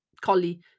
collie